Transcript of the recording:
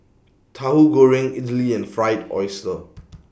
Tahu Goreng Idly and Fried Oyster